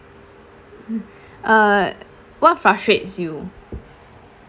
uh what frustrates you